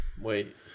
Wait